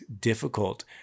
difficult